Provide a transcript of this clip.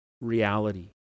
reality